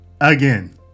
Again